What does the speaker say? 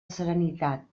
serenitat